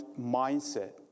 mindset